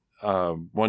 one